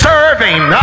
Serving